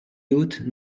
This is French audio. yacht